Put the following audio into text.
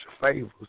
favors